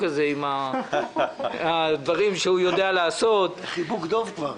עם הדברים שהוא יודע לעשות --- זה כבר חיבוק דב...